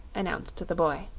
announced the boy.